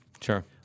Sure